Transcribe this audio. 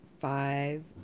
five